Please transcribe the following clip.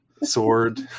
sword